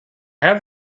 have